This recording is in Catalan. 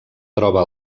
troba